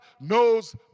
knows